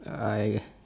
I